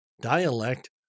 dialect